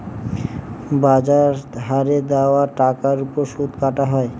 বাজার হারে দেওয়া টাকার ওপর সুদ কাটা হয়